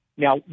Now